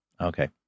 okay